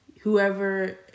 whoever